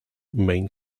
main